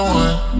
one